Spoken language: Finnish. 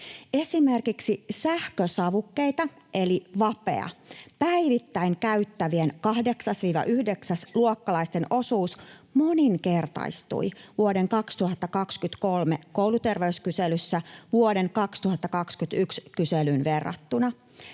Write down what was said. Esimerkiksi sähkösavukkeita eli vapea päivittäin käyttävien 8.—9.-luokkalaisten osuus moninkertaistui vuoden 2023 kouluterveyskyselyssä vuoden 2021 kyselyyn verrattuna.